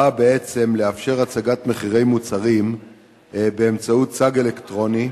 באה בעצם לאפשר הצגת מחירי מוצרים באמצעות צג אלקטרוני,